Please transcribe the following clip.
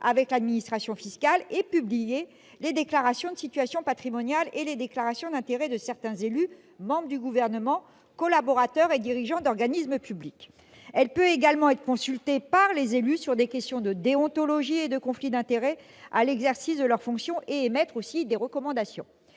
avec l'administration fiscale -et publier les déclarations de situation patrimoniale et les déclarations d'intérêts de certains élus, membres du Gouvernement, collaborateurs et dirigeants d'organismes publics. Elle peut également être consultée par des élus qui seraient confrontés, dans l'exercice de leurs fonctions, à des questions